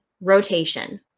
rotation